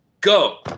Go